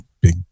big